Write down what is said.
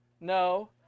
No